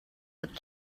but